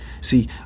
See